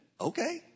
okay